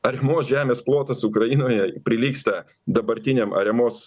ariamos žemės plotas ukrainoje prilygsta dabartiniam ariamos